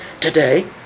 today